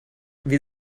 wir